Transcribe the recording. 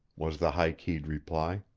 was the high-keyed reply.